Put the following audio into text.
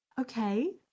Okay